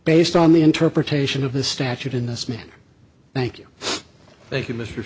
based on the interpretation of the statute in this man thank you thank you mr